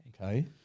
Okay